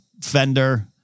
fender